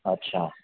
اچھا